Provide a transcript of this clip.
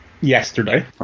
yesterday